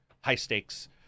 high-stakes